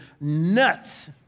nuts